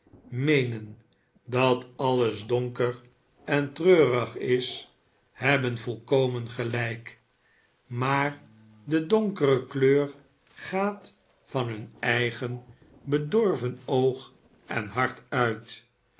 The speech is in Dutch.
meenen dat alles donker en treurig is hebben volkomen gelijk maar de donkere kleur gaat van hun eigen bedorven oog en hart uit